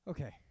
Okay